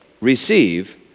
receive